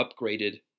upgraded